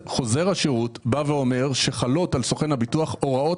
חוזר השירות אומר שחלות על סוכן הביטוח הוראות